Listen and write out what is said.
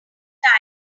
time